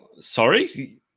sorry